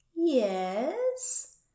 Yes